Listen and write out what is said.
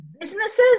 businesses